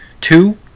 Two